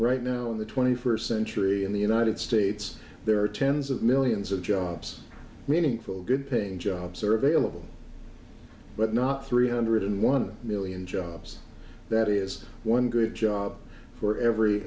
right now in the twenty first century in the united states there are tens of millions of jobs meaningful good paying jobs are available but not three hundred and one million jobs that is one good job for every